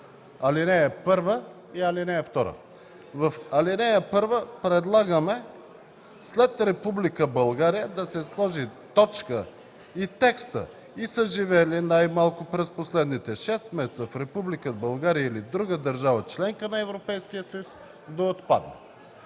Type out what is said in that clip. ал. 1 и ал. 2: В ал. 1 предлагаме след „Република България” да се сложи точка и текстът „и са живели най-малко през последните 6 месеца в Република България или в друга държава – членка на Европейския съюз” да отпадне.